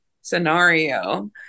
scenario